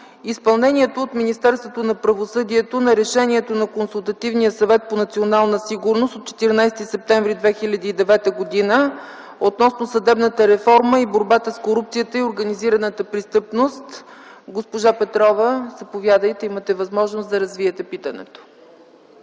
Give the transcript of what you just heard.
изпълнението от Министерството на правосъдието на решението на Консултативния съвет по национална сигурност от 14 септември 2009 г. относно съдебната реформа и борбата с корупцията и организираната престъпност. Госпожо Петрова, заповядайте. Имате възможност да развиете питането.